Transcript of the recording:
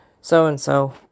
so-and-so